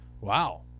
Wow